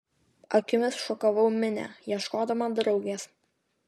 akimis šukavau minią ieškodama draugės